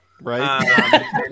right